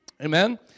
Amen